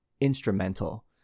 instrumental